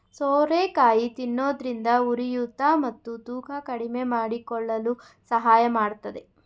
ಸೋರೆಕಾಯಿ ತಿನ್ನೋದ್ರಿಂದ ಉರಿಯೂತ ಮತ್ತು ತೂಕ ಕಡಿಮೆಮಾಡಿಕೊಳ್ಳಲು ಸಹಾಯ ಮಾಡತ್ತದೆ